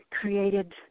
created